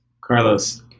Carlos